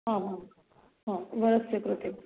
आमां हा वरस्य कृते